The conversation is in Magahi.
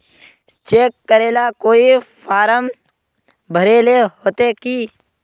चेक करेला कोई फारम भरेले होते की?